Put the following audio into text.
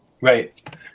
Right